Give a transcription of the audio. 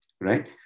right